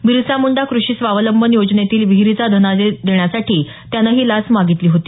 बिरसा मुंडा कृषी स्वावलंबन योजनेतील विहिरीचा धनादेश देण्यासाठी त्यानं ही लाच मागितली होती